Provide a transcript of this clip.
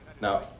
Now